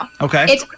Okay